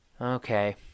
Okay